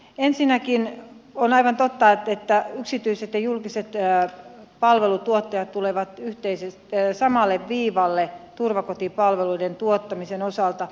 ensinnäkin on aivan totta että yksityiset ja julkiset palveluntuottajat tulevat samalle viivalle turvakotipalveluiden tuottamisen osalta